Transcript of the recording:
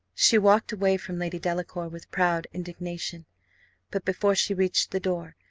she walked away from lady delacour with proud indignation but, before she reached the door,